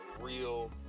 real